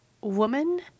woman